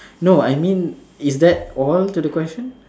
no I mean is that all to the question